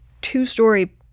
two-story